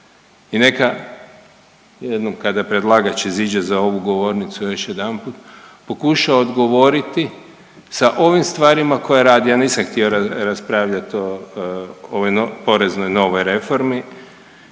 I neka jednom kada predlagač izađe za ovu govornicu još jedanput pokuša odgovoriti sa ovim stvarima koje radi, ja nisam htio raspravljat o ovoj poreznoj novoj reformi,